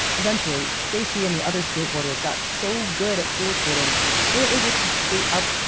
eventually, stacy and the other skateboarders got so good at pool skating they were able to skate up,